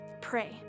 pray